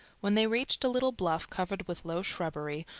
when they reached a little bluff covered with low shrubbery,